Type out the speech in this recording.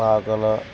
Pakala